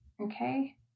Okay